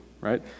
right